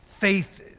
faith